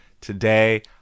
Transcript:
Today